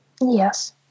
Yes